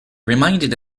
reminded